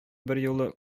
берьюлы